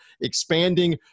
expanding